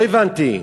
לא הבנתי,